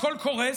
הכול קורס,